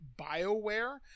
bioware